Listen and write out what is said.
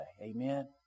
Amen